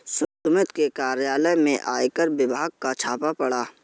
सुमित के कार्यालय में आयकर विभाग का छापा पड़ा